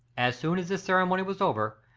as soon as this ceremony was over,